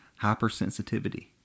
hypersensitivity